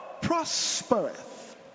prospereth